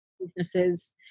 businesses